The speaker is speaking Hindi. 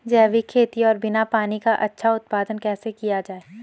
जैविक खेती और बिना पानी का अच्छा उत्पादन कैसे किया जाए?